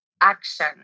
Action